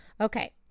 Okay